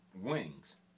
wings